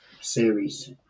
series